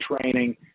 training